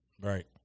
right